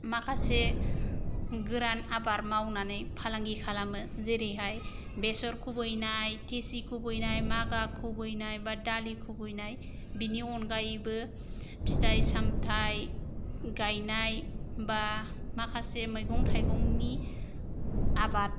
माखासे गोरान आबाद मावनानै फालांगि खालामो जेरैहाय बेसर खुबैनाय तेसि खुबैनाय मागा खुबैनाय बा दालि खुबैनाय बिनि अनगायैबो फिथाइ सामथाइ गायनाय बा माखासे मैगं थाइगंनि आबाद